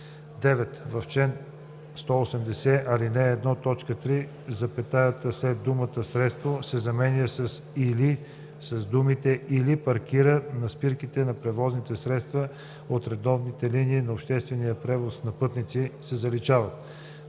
9. В чл. 180, ал. 1, т. 3 запетаята след думата „средство“ се заменя с „или“, а думите „или паркира на спирките на превозните средства от редовните линии за обществен превоз на пътници“ се заличават.